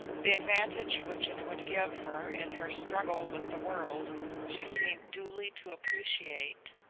the advantage which it would give her in her struggle with the world she seemed duly to appreciate,